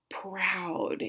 proud